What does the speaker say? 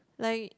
like